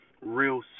Real